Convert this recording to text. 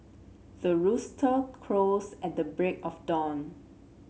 the rooster crows at the break of dawn